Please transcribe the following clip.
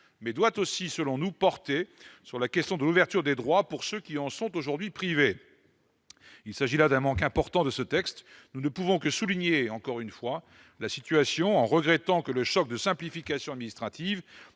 mais doit aussi, selon nous, porter sur la question de l'ouverture des droits pour ceux qui en sont aujourd'hui privés, il s'agit là d'un manque important de ce texte, nous ne pouvons que souligner encore une fois la situation en regrettant que le choc de simplification administrative